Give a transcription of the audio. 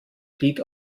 glied